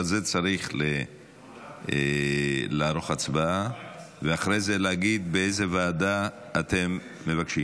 על זה צריך לערוך הצבעה ואחרי זה להגיד באיזו ועדה אתם מבקשים.